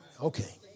Okay